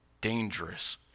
dangerous